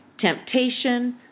temptation